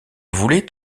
voulait